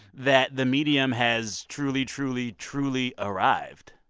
that the medium has truly, truly, truly arrived?